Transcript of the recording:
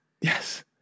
Yes